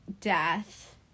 death